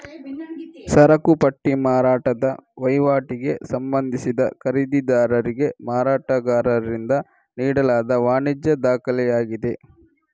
ಸರಕು ಪಟ್ಟಿ ಮಾರಾಟದ ವಹಿವಾಟಿಗೆ ಸಂಬಂಧಿಸಿದ ಖರೀದಿದಾರರಿಗೆ ಮಾರಾಟಗಾರರಿಂದ ನೀಡಲಾದ ವಾಣಿಜ್ಯ ದಾಖಲೆಯಾಗಿದೆ